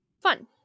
fun